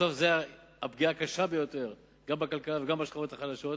שזאת הפגיעה הקשה ביותר גם בכלכלה וגם בשכבות החלשות.